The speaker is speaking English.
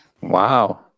Wow